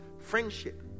friendship